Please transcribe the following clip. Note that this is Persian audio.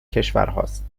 کشورهاست